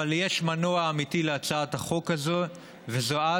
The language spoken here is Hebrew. אבל יש מנוע אמיתי להצעת החוק הזאת, וזו את.